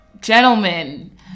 gentlemen